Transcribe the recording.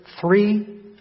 three